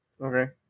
Okay